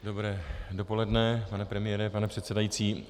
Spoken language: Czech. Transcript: Dobré dopoledne, pane premiére, pane předsedající.